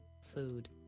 food